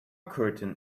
curtain